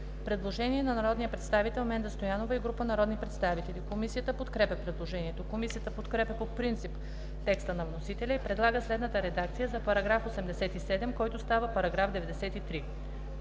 предложение на народния представител Менда Стоянова и група народни представители. Комисията подкрепя предложението. Комисията подкрепя по принцип текста на вносителя и предлага следната редакция за § 87, който става § 93: „§ 93.